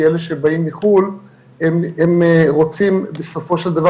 כי אלה שבאים מחו"ל הם רוצים בסופו של דבר